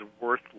worth